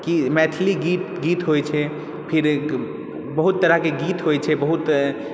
कि मैथिली गीत होइ छै फेर बहुत तरहके गीत होइ छै बहुत